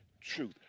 truth